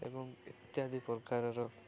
ଏବଂ ଇତ୍ୟାଦି ପ୍ରକାରର